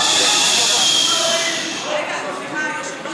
סיבוב 28. אין לנו כוח למריבות שלכם.